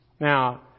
Now